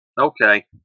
okay